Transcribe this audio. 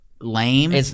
lame